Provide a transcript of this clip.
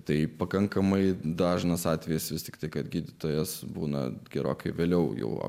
tai pakankamai dažnas atvejis vis teigti kad gydytojas būna gerokai vėliau jau